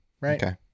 Right